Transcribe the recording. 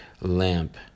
lamp